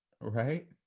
right